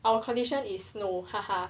our condition is no ha ha